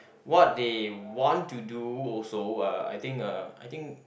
what they want to do also uh I think uh I think